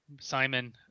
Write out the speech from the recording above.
simon